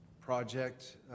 project